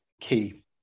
key